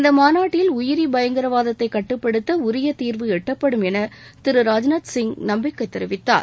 இந்த மாநாட்டில் உயிரி பயங்கரவாதத்தைக் கட்டுப்படுத்த உரிய தீர்வு எட்டப்படும் என திரு ராஜ்நாத்சிங் நம்பிக்கை தெரிவித்தார்